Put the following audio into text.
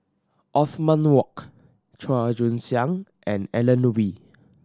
Othman Wok Chua Joon Siang and Alan Oei